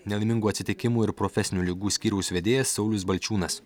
nelaimingų atsitikimų ir profesinių ligų skyriaus vedėjas saulius balčiūnas